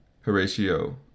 Horatio